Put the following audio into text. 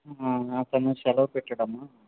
ఆ అతను సెలవు పెట్టాడమ్మా